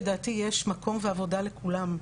לדעתי יש מקום ועבודה לכולם.